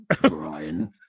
Brian